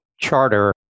charter